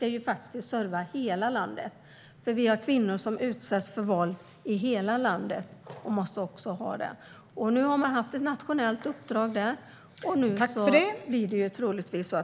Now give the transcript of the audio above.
De ska faktiskt serva hela landet, för vi har kvinnor som utsätts för våld i hela Sverige. De måste finnas också för dem. Nu har man haft ett nationellt uppdrag, och nu kommer det troligtvis att bli en ny myndighet.